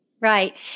right